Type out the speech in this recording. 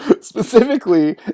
Specifically